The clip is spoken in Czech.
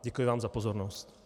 Děkuji vám za pozornost.